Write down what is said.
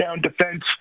defense